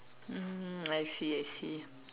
hmm I see I see